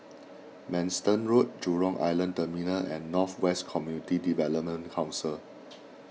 Manston Road Jurong Island Terminal and North West Community Development Council